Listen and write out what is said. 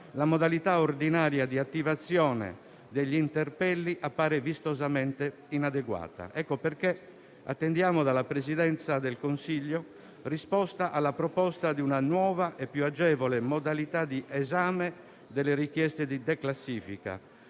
la modalità ordinaria di attivazione degli interpelli appare vistosamente inadeguata. Ecco perché attendiamo dalla Presidenza del Consiglio risposta alla proposta di una nuova e più agevole modalità di esame delle richieste di declassifica.